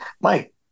Mike